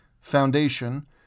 Foundation